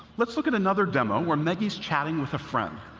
let's look at another demo where maggie's chatting with a friend.